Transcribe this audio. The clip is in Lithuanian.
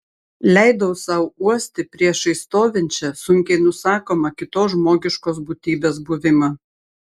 leidau sau uosti priešais stovinčią sunkiai nusakomą kitos žmogiškos būtybės buvimą